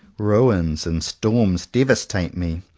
rains and storms devastate me.